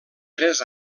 tres